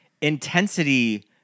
intensity